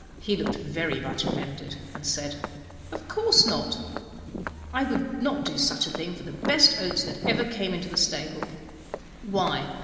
he looked very much offended, and said of course not i would not do such a thing for the best oats that ever came into the stable why,